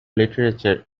literature